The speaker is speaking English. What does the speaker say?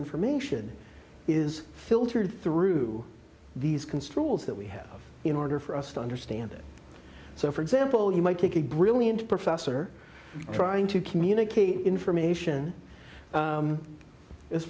information is filtered through these construal that we have in order for us to understand it so for example you might take a brilliant professor trying to communicate information